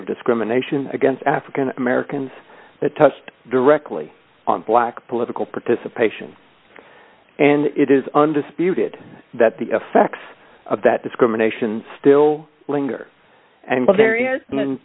of discrimination against african americans that touched directly on black political participation and it is undisputed that the effects of that discrimination still linger and